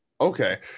Okay